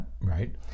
Right